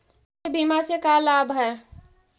स्वास्थ्य बीमा से का लाभ है?